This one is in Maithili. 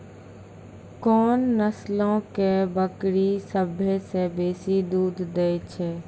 कोन नस्लो के बकरी सभ्भे से बेसी दूध दै छै?